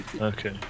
Okay